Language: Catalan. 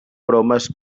bromes